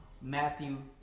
Matthew